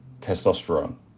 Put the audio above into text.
testosterone